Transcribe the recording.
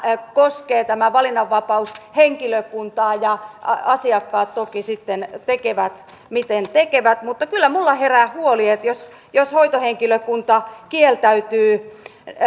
tämä valinnanvapaus koskee henkilökuntaa ja asiakkaat toki sitten tekevät miten tekevät mutta kyllä minulla herää huoli että jos jos hoitohenkilökunta kieltäytyy